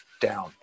down